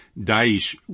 Daesh